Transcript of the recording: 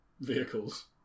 vehicles